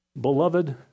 Beloved